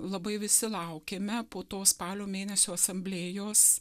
labai visi laukiame po to spalio mėnesio asamblėjos